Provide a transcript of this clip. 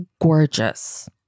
gorgeous